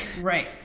Right